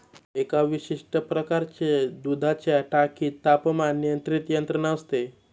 एका विशिष्ट प्रकारच्या दुधाच्या टाकीत तापमान नियंत्रण यंत्रणा असते